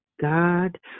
God